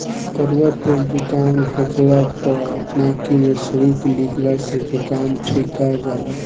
कड़ुआ तेल जुकाम होखला पअ नाकी में सुरुक लिहला से जुकाम ठिका जाला